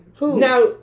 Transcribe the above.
Now